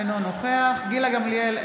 אינו נוכח גילה גמליאל,